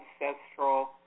ancestral